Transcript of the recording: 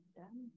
done